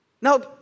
Now